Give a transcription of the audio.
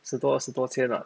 十多二十多千 lah